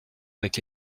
avec